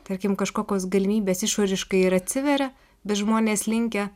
tarkim kažkokios galimybės išoriškai ir atsiveria bet žmonės linkę